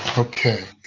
okay.